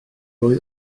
oedd